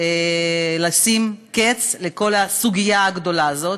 לשים קץ לכל הסוגיה הגדולה הזאת,